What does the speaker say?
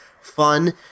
fun